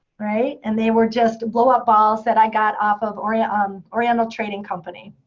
right? and they were just blow-up balls that i got off of oriental um oriental trading company.